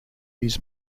his